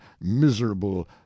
miserable